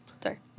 Sorry